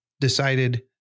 Decided